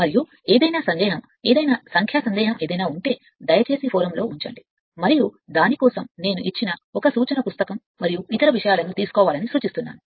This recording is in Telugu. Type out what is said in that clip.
మరియు ఏదైనా సందేహం ఏదైనా సంఖ్యా సందేహం ఏదైనా ఉంటే దయచేసి వేదిక లో ఉంచండి మరియు దాని కోసం నేను ఇచ్చిన ఒక సూచన పుస్తకం మరియు ఇతర విషయాలను తీసుకోవాలని సూచిస్తున్నాను